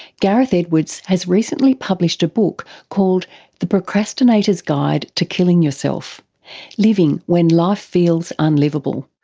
gareth edwards has recently published a book called the procrastinator's guide to killing yourself living when life feels unliveable.